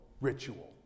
ritual